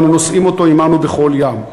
ואנו נושאים אותו עמנו בכל יום,